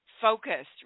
focused